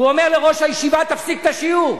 והוא אומר לראש הישיבה: תפסיק את השיעור,